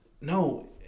No